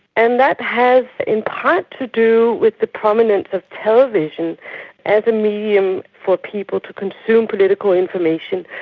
and that has in part to do with the prominence of television as a medium for people to consume political information,